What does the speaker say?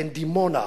בין דימונה,